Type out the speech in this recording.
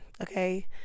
okay